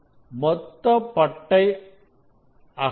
மொத்த பட்டை அகலம்